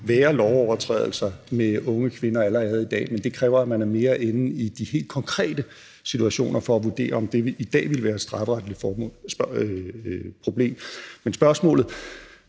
være lovovertrædelser med unge kvinder allerede i dag. Men det kræver, at man er mere inde i de helt konkrete situationer for at vurdere, om det i dag ville være et strafferetligt problem. Spørgsmålet